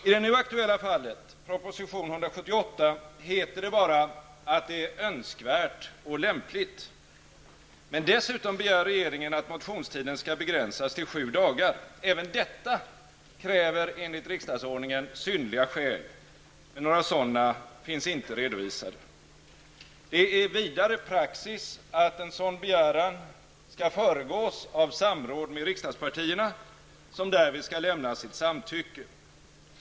I det nu aktuella fallet -- proposition 178 -- heter det bara att det är önskvärt och lämpligt. Men dessutom begär regeringen att motionstiden skall begränsas till sju dagar. Även detta kräver enligt riksdagsordningen synnerliga skäl, men några sådana finns inte redovisade. Det är vidare praxis att en sådan begäran föregås av samråd med riksdagspartierna, som därvid skall lämna sitt samtycke.